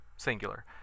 Singular